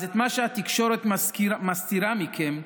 אז את מה שהתקשורת מסתירה מכם,